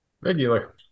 regular